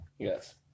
Yes